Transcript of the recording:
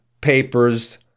papers